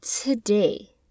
today